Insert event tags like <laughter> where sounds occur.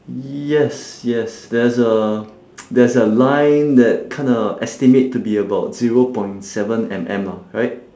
yes yes there's a <noise> there's a line that kinda estimate to be about zero point seven M_M lah right